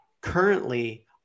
currently